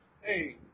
Hey